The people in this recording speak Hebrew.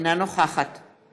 אינה נוכחת ג'מאל זחאלקה, אינו נוכח